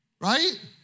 Right